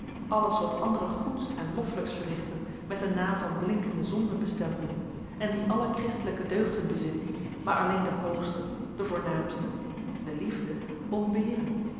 alles wat anderen goeds en loffelijks verrichten met den naam van blinkende zonden bestempelen en die alle christelijke deugden bezitten maar alleen de hoogste de voornaamste de liefde